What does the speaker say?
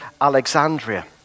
Alexandria